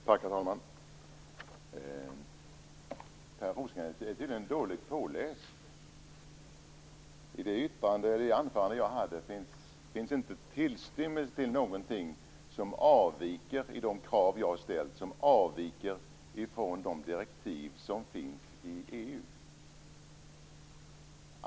Herr talman! Per Rosengren är tydligen dåligt påläst. I de krav jag ställde i mitt anförande fanns inte tillstymmelse till något som avviker från de direktiv som finns i EU.